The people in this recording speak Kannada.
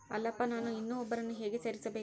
ಅಲ್ಲಪ್ಪ ನಾನು ಇನ್ನೂ ಒಬ್ಬರನ್ನ ಹೇಗೆ ಸೇರಿಸಬೇಕು?